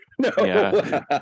No